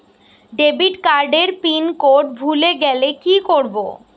Debit card এর pin code ভুলে গেলে কি করব?